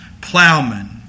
plowmen